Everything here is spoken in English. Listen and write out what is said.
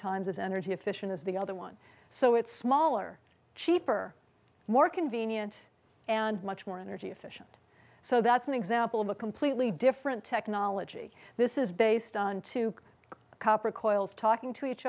times as energy efficient as the other one so it's smaller cheaper more convenient and much more energy efficient so that's an example of a completely different technology this is based on two copper coils talking to each